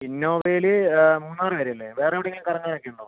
ഇന്നോവയിൽ മൂന്നാർ വരെ അല്ലേ വേറെ എവിടെയെങ്കിലും കറങ്ങാനൊക്കെ ഉണ്ടോ